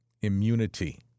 immunity